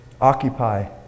Occupy